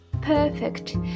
perfect